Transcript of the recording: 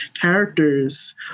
characters